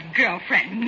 girlfriend